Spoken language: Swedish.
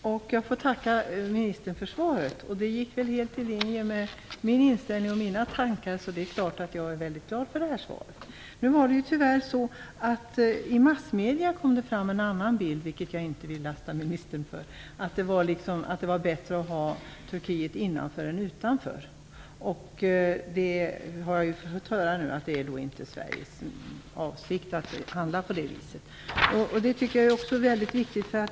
Fru talman! Jag får tacka ministern för svaret. Det gick helt i linje med min inställning och mina tankar. Jag är därför väldigt glad för svaret. Nu har det tyvärr i massmedierna framkommit fram en annan bild, vilket jag inte vill lasta ministern för. Man ansåg att det var bättre att ha Turkiet innanför än utanför. Nu har jag fått höra att det inte är Sveriges avsikt att handla på det viset. Det tycker jag är väldigt viktigt.